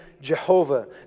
Jehovah